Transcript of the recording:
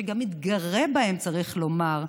שגם מתגרה בהם, צריך לומר,